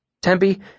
Tempe